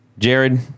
Jared